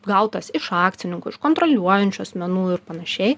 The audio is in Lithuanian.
gautas iš akcininkų iš kontroliuojančių asmenų ir panašiai